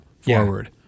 forward